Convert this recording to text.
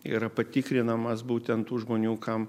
yra patikrinamas būtent tų žmonių kam